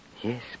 Yes